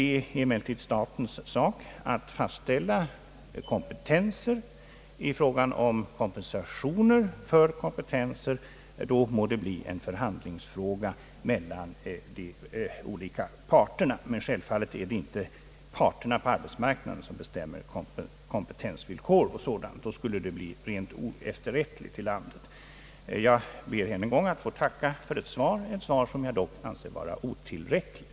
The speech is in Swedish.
Det är emellertid statens sak att fastställa kompetenser. I fråga om kompensationen för kompetenser må det bli en förhandlingsfråga mellan de olika parterna på arbetsmarknaden. Jag ber än en gång att få tacka för svaret, som jag dock anser inte helt tillfredsställande.